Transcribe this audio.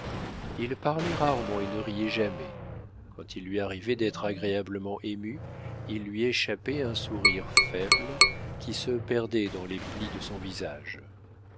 il parlait rarement et ne riait jamais quand il lui arrivait d'être agréablement ému il lui échappait un sourire faible qui se perdait dans les plis de son visage